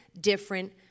different